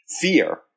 Fear